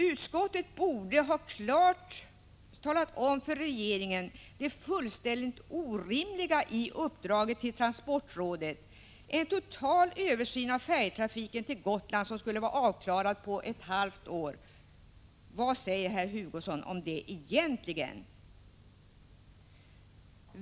Utskottet borde ha klart talat om för regeringen det fullständigt orimliga i uppdraget till transportrådet. En total översyn av färjetrafiken på Gotland, som skulle vara avklarad på ett halvt år! Vad säger herr Hugosson om det, egentligen?